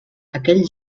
aquell